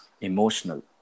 emotional